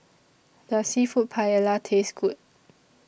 Does Seafood Paella Taste Good